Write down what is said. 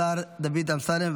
השר דוד אמסלם.